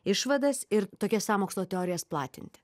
išvadas ir tokias sąmokslo teorijas platinti